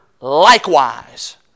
likewise